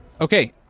Okay